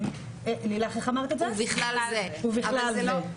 ובכלל זה".